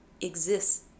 exists